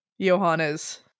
Johannes